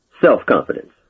self-confidence